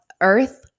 earth